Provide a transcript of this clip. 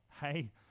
Hey